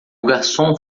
garçom